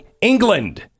England